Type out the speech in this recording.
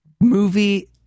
movie